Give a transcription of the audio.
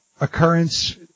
occurrence –